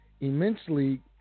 immensely